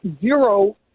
zero